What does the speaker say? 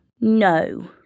no